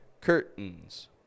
Curtains